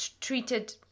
treated